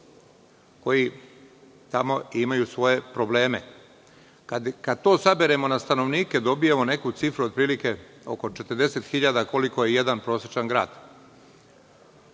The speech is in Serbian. koji tamo imaju svoje probleme. Kad to saberemo na stanovnike dobijamo neku cifru otprilike oko 40.000, koliko je jedan prosečan grad